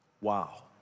Wow